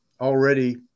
already